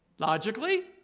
Logically